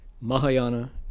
Mahayana